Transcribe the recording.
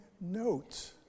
note